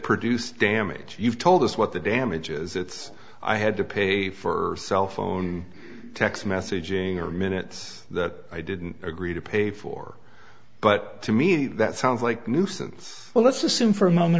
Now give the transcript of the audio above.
produced damage you've told us what the damage is it's i had to pay for cell phone text messaging or minutes that i didn't agree to pay for but to me that sounds like nuisance well let's assume for a moment